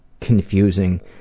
confusing